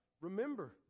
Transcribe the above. remember